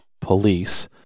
Police